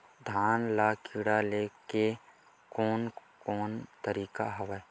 धान ल कीड़ा ले के कोन कोन तरीका हवय?